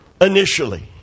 initially